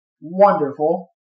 wonderful